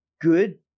good